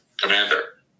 commander